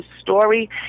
story